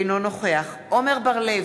אינו נוכח עמר בר-לב,